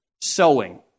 sowing